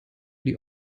die